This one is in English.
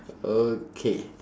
okay